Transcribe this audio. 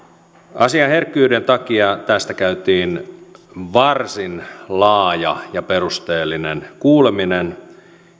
asian herkkyyden takia tästä käytiin varsin laaja ja perusteellinen kuuleminen